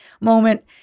moment